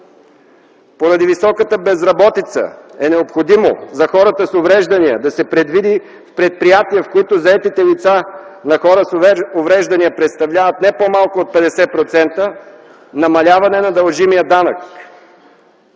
поради високата безработица е необходимо за хората с увреждания да се предвиди в предприятия, в които заетите лица са хора с увреждания и представляват не по-малко от 50%, намаляване на дължимия данък;